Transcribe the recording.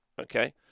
okay